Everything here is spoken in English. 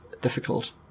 difficult